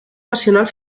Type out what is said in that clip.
nacional